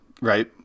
right